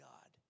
God